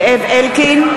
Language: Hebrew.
אלקין,